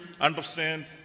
understand